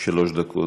חנין, שלוש דקות.